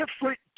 different